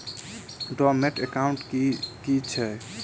Dormant account की छैक?